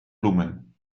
bloemen